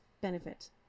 benefit